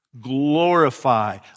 Glorify